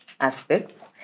aspects